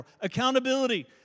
Accountability